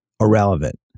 irrelevant